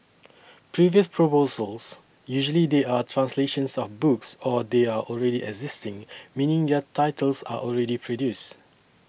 previous proposals usually they are translations of books or they are already existing meaning their titles are already produced